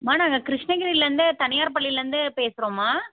ம்மா நாங்கள் கிருஷ்ணகிரிலருந்து தனியார் பள்ளிலருந்து பேசுகிறோம்மா